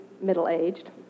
middle-aged